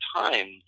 time